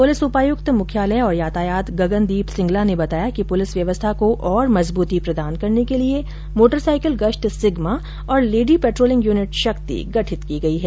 police उपायुक्त मुख्यालय और यातायात गगनदीप सिंगला ने बताया कि पुलिस व्यवस्था को और मजबूती प्रदान करने के लिए मोटरसाइकिल गश्त सिग्मा और लेडी पेट्रोलिंग यूनिट शक्ति गठित की गई है